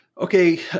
Okay